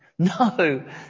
No